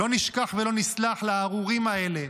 לא נשכח ולא נסלח לארורים האלה,